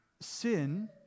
Sin